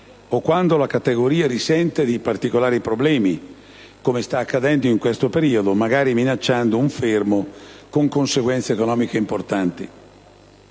o quando la categoria risente di particolari problemi - come sta accadendo in questo periodo - magari minacciando un fermo con conseguenze economiche importanti.